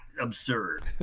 Absurd